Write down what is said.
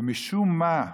ומשום מה,